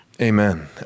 Amen